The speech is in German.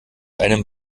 einem